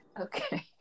Okay